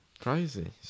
crazy